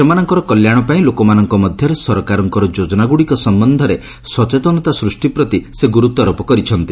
ସେମାନଙ୍କର କଲ୍ୟାଣ ପାଇଁ ଲୋକମାନଙ୍କ ମଧ୍ୟରେ ସରକାରଙ୍କର ଯୋଜନାଗୁଡ଼ିକ ସମ୍ଭନ୍ଧରେ ସଚେତନତା ସୃଷ୍ଟି ପ୍ରତି ସେ ଗୁର୍ତ୍ନାରୋପ କରିଛନ୍ତି